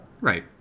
Right